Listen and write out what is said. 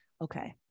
okay